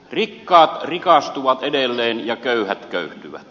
rikkaat rikastuvat edelleen ja köyhät köyhtyvät